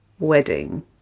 Wedding